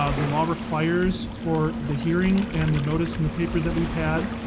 ah the law requires for the hearing and the notice in the paper that we've had.